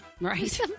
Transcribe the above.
Right